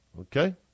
Okay